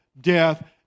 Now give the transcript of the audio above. death